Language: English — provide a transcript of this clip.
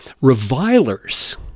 revilers